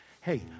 Hey